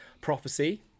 Prophecy